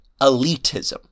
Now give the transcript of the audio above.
elitism